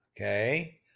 okay